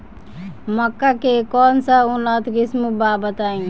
मक्का के कौन सा उन्नत किस्म बा बताई?